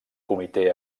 comitè